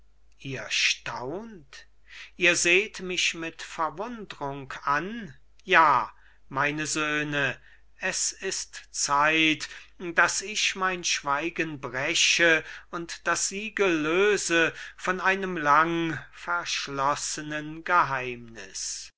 ihr staunt ihr seht mich mir verwundrung an ja meine söhne es ist zeit daß ich das siegel breche und das siegel löse von einem lang verschlossenen geheimniß